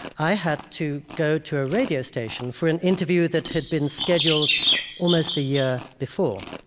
i had to go to a radio station for an interview that had been scheduled almost a year before.